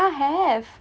ya have